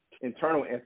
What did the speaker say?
internal